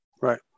Right